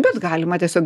bet galima tiesiog